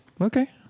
Okay